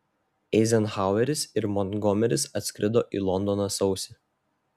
eizenhaueris ir montgomeris atskrido į londoną sausį